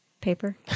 paper